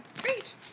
Great